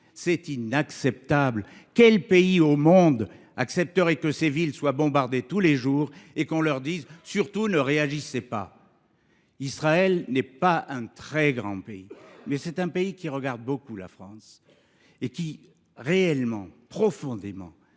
C’est inacceptable ! Quel pays au monde accepterait que ses villes soient bombardées tous les jours et qu’on lui dise :« Surtout, ne réagissez pas. » Israël n’est pas un très grand pays, mais c’est un pays qui regarde beaucoup la France et les Israéliens se demandent